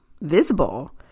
visible